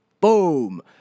boom